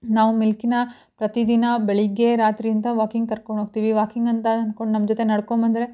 ನಾವು ಮಿಲ್ಕಿನ ಪ್ರತಿದಿನ ಬೆಳಗ್ಗೆ ರಾತ್ರಿ ಅಂತ ವಾಕಿಂಗ್ ಕರ್ಕೊಂಡ್ಹೋಗ್ತಿವಿ ವಾಕಿಂಗ್ ಅಂತ ಅನ್ಕೊಂಡು ನಮ್ಮ ಜೊತೆ ನಡ್ಕೊಬಂದ್ರೆ